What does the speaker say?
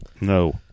no